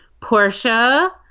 Portia